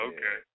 Okay